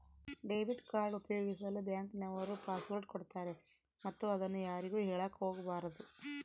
debit card ಉಪಯೋಗಿಸಲು bank ನವರು password ಕೊಡ್ತಾರೆ ಮತ್ತು ಅದನ್ನು ಯಾರಿಗೂ ಹೇಳಕ ಒಗಬಾರದು